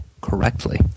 correctly